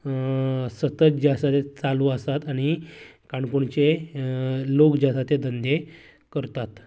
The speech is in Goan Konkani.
सतत जे आसा ते चालू आसात आनी काणकोणचें लोक जे आसात ते धंदे करतात